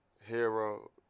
Hero